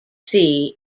sea